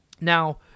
Now